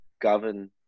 govern